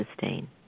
sustain